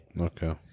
Okay